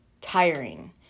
tiring